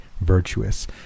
virtuous